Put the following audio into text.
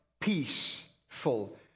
peaceful